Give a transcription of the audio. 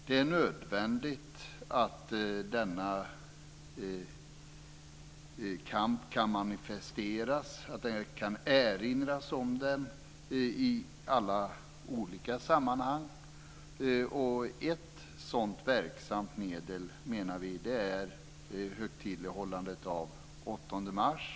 Det är nödvändigt att denna kamp kan manifesteras, att det går att erinra om den, i alla olika sammanhang. Ett sådant verksamt medel är högtidlighållandet av den 8 mars.